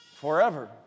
Forever